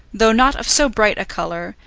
though not of so bright a colour,